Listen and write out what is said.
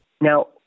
Now